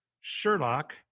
sherlock